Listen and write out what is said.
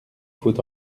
faut